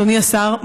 אדוני השר,